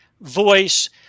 voice